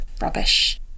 Rubbish